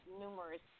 numerous